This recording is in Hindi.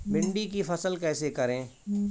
भिंडी की फसल कैसे करें?